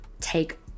take